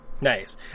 Nice